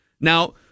Now